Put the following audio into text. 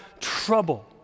trouble